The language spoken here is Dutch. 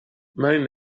mijn